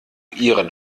ihren